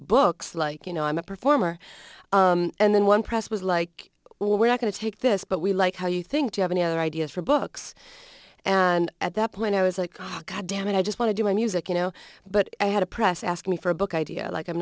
like you know i'm a performer and then one press was like well we're not going to take this but we like how you think you have any other ideas for books and at that point i was like god dammit i just want to do my music you know but i had a press ask me for a book idea like i'm